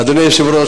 אדוני היושב-ראש,